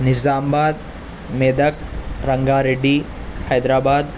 نظام آباد میدک رنگا ریڈی حیدرآباد